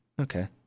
Okay